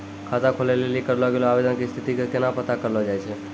खाता खोलै लेली करलो गेलो आवेदन के स्थिति के केना पता करलो जाय छै?